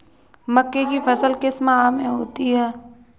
मक्के की फसल किस माह में होती है?